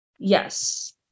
Yes